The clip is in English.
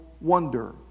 wonder